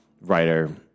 writer